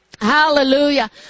Hallelujah